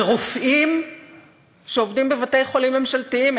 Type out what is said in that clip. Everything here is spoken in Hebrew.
ורופאים שעובדים בבתי-חולים ממשלתיים,